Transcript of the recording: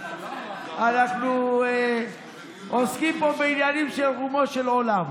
אנחנו עוסקים פה בעניינים שברומו של עולם,